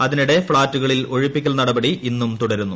അതിനിടെ ഫ്ളാറ്റുകളിൽ ഒഴിപ്പിക്കൽ നടപടി ഇന്നും തുടരുന്നു